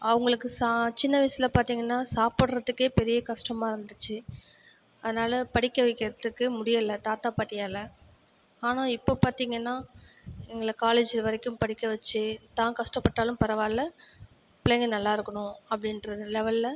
அவங்களுக்கு சா சின்ன வயதில் பார்த்தீங்கன்னா சாப்பிடுறதுக்கே பெரிய கஷ்டமாகருந்துச்சு அதனால் படிக்க வைக்கறதுக்கு முடியலை தாத்தா பாட்டியாலா ஆனால் இப்போ பார்த்தீங்கன்னா எங்களை காலேஜ் வரைக்கும் படிக்க வச்சு தான் கஷ்டப்பட்டாலும் பரவாயில்ல பிள்ளைங்கள் நல்லாயிருக்கனும் அப்படின்றது லெவலில்